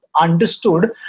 understood